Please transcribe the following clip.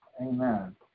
Amen